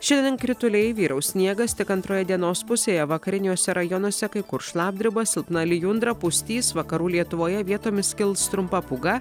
šiandien krituliai vyraus sniegas tik antroje dienos pusėje vakariniuose rajonuose kai kur šlapdriba silpna lijundra pustys vakarų lietuvoje vietomis kils trumpa pūga